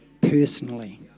personally